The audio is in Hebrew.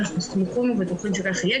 אנחנו סמוכים ובטוחים שכך יהיה,